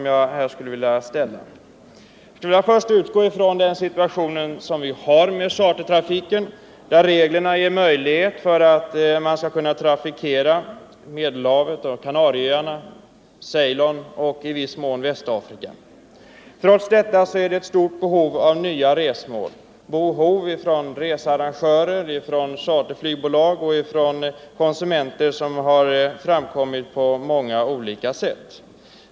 Jag utgår från den situation vi har när det gäller chartertrafiken, där reglerna ger möjlighet att trafikera Medelhavet, Kanarieöarna, Ceylon och i viss mån Västafrika. Trots detta är det ett stort behov av nya resmål hos researrangörer, charterflygbolag och konsumenter — ett behov som aktualiserats på många olika sätt.